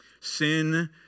Sin